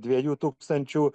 dviejų tūkstančių